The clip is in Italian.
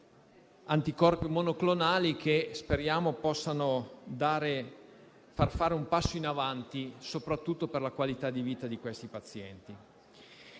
anticorpi monoclonali che speriamo possano far fare un passo in avanti soprattutto per la qualità di vita di questi pazienti.